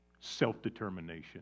Self-determination